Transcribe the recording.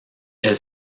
elle